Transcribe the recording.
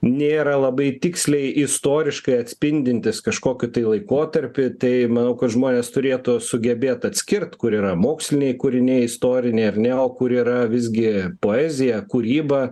nėra labai tiksliai istoriškai atspindintys kažkokį tai laikotarpį tai manau kad žmonės turėtų sugebėt atskirt kur yra moksliniai kūriniai istoriniai ar ne o kur yra visgi poeziją kūrybą